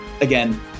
again